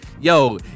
yo